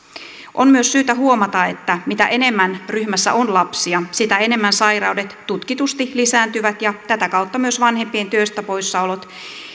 on myös syytä huomata että mitä enemmän ryhmässä on lapsia sitä enemmän sairaudet tutkitusti lisääntyvät ja tätä kautta myös vanhempien työstä poissaolot